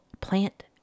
plant